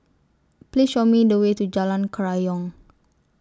Please Show Me The Way to Jalan Kerayong